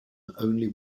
only